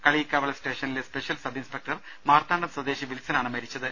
കളിയിക്കാവിള സ്റ്റേഷ നിലെ special sub inspector Marthandam സ്വദേശി വിൽസൺ ആണ് മരിച്ചത്